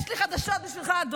יש לי חדשות בשבילכם,